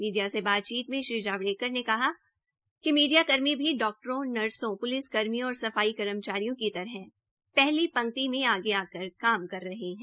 media से बातचीत में श्री जावड़ेकर ने कहा कि मीडिया कर्मी भी डॉक्टरों नर्सो प्लिस कर्मियों और सफाई कर्मचारियों की तरह पहली कतारों में आगे आकर काम कर रहे है